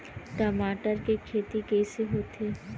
टमाटर के खेती कइसे होथे?